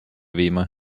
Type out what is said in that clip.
viima